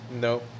No